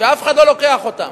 שאף אחד לא לוקח אותן.